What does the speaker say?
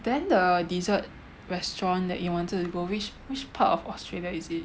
then the dessert restaurant that you wanted to go which which part of Australia is it